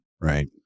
Right